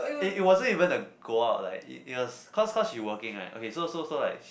it it wasn't even a go out like it it was cause cause she working right okay so so so like